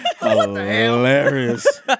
hilarious